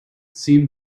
seemed